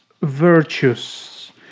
virtues